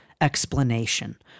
explanation